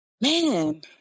man